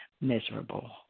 miserable